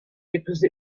because